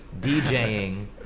DJing